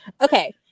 Okay